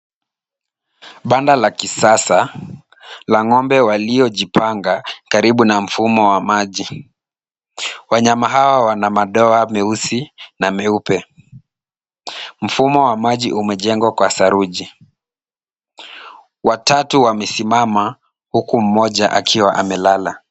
Banda la kisasa la ng'ombe waliojipanga karibu na mfumo wa maji. Wanyama hawa wana madoa meusi na meupe. Mfumo wa maji umejengwa kwa saruji. Watatu wamesimama huku mmoja akiwa amelala.